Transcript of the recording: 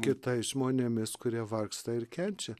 kitais žmonėmis kurie vargsta ir kenčia